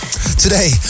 Today